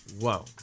Whoa